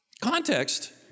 context